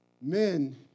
Men